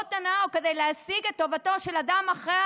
טובות הנאה או כדי להשיג את טובתו של אדם אחד,